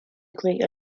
agree